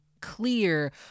clear